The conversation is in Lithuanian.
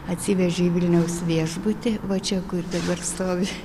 atsivežė į vilniaus viešbutį va čia kur dabar stovi